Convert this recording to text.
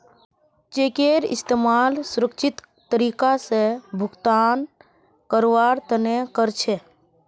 चेकेर इस्तमाल सुरक्षित तरीका स भुगतान करवार तने कर छेक